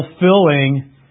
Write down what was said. fulfilling